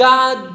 God